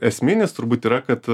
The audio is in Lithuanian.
esminis turbūt yra kad